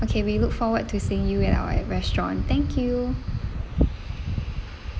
okay we look forward to seeing you at our restaurant thank you